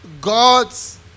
God's